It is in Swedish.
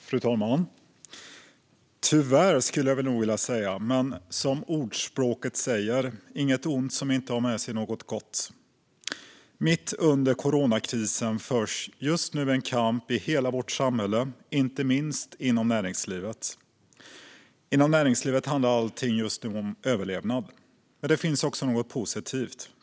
Fru talman! Det är tyvärr, skulle jag vilja säga, som ordspråket säger: Inget ont som inte har något gott med sig. Mitt under coronakrisen förs just nu en kamp i hela vårt samhälle, inte minst inom näringslivet. Där handlar allt om överlevnad. Men det finns också något positivt.